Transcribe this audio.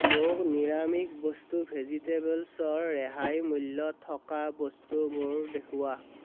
মোক নিৰামিষ বস্তু ভেজিটেবল্ছৰ ৰেহাই মূল্য থকা বস্তুবোৰ দেখুওৱা